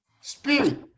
spirit